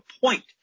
point